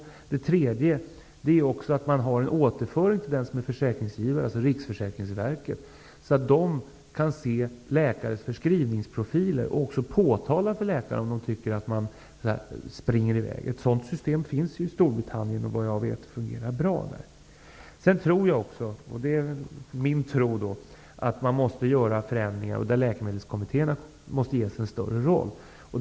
För det tredje skall det ske en återföring till den som är försäkringsgivare, dvs. Riksförsäkringsverket, så att man kan se läkares förskrivningsprofiler och också påtala för läkare om man tycker att de springer i väg. Ett sådant system finns i Storbritannien och fungerar bra, såvitt jag vet. Min tro är att man måste göra förändringar, och då måste läkemedelskommittéerna ges en större roll.